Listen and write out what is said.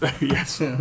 Yes